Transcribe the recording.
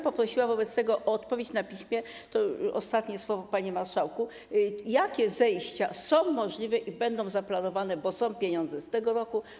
Poprosiłabym wobec tego o odpowiedź na piśmie - to ostatnie słowo, panie marszałku - jakie zejścia są możliwe i będą zaplanowane, bo są pieniądze z tego roku.